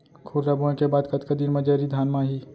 खुर्रा बोए के बाद कतका दिन म जरी धान म आही?